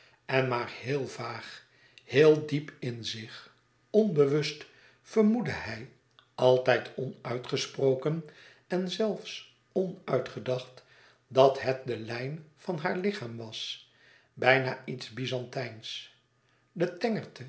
en maar heel vaag heel diep in zich onbewust vermoedde hij altijd onuitgesproken en zelfs onuitgedacht dat het de lijn van haar lichaam was bijna iets byzantijnsch de